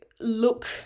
look